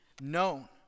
known